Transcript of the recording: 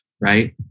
right